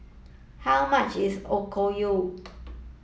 how much is Okayu